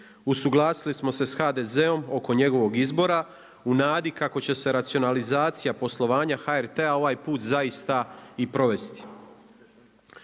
Usuglasili smo se HDZ-om oko njegovog izbora u nadi kako će se racionalizacija poslovanja HRT-a ovaj put zaista i provesti.